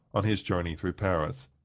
on his journey through paris.